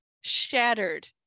shattered